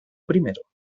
primero